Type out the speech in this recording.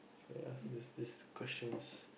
ya is this question is